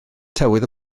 tywydd